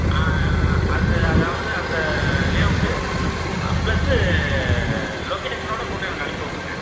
அது அதாவது அந்த லேஅவுட்டு ப்ளஸ்ஸு லொக்கேஷனோடப் போட்டு எனக்கு அனுப்பி விட்ருங்க